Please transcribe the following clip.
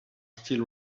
still